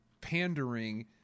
pandering